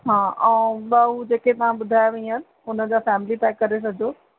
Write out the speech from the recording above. हा ऐं ॿ जेके मां ॿुधायांव हीअं उन जा फैमिली पैक करे छॾिजो